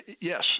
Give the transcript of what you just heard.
Yes